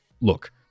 look